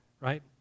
right